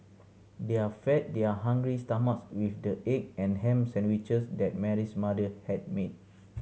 their fed their hungry stomachs with the egg and ham sandwiches that Mary's mother had made